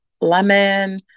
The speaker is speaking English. lemon